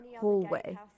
hallway